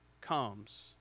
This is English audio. comes